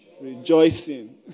Rejoicing